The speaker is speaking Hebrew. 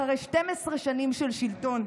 אחרי 12 שנים של שלטון,